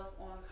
on